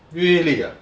really ah